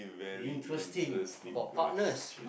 interesting about partners